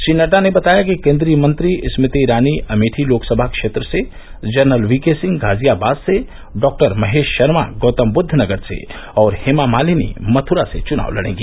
श्री नड्डा ने बताया कि केन्द्रीय मंत्री स्मृति ईरानी अमेठी लोकसभा क्षेत्र से general V K Singh Ghaziabad से डॉ महेश शर्मा गौतमबुद्ध नगर से और हेमा मालिनी मथ्रा से चुनाव लड़ेंगी